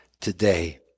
today